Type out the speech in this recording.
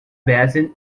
basin